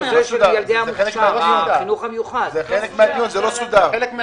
זה חלק מהדיון וזה לא סודר.